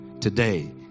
Today